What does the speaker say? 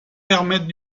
permettent